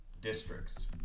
districts